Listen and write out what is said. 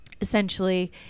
essentially